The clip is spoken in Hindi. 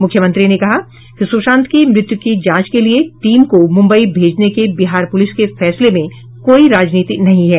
मुख्यमंत्री ने कहा कि सुशांत की मृत्यु की जांच के लिए टीम को मुंबई भेजने के बिहार पुलिस के फैसले में कोई राजनीति नहीं है